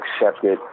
accepted